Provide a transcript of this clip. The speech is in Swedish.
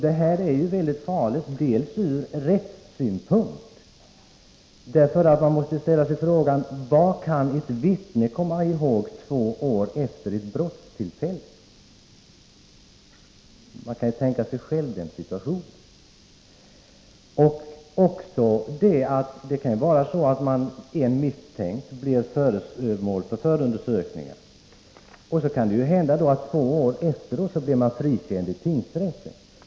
Detta är farligt, bl.a. från rättssynpunkt. Man måste ställa sig frågan: Vad kan ett vittne komma ihåg två år efter brottstillfället? Man kan ju själv tänka sig den situationen. Det kan också vara så att den som blir misstänkt och föremål för förundersökning två år efteråt blir frikänd i tingsrätten.